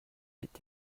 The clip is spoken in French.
est